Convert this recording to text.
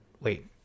Wait